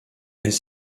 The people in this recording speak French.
mais